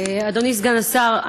אדוני סגן השר,